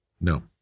No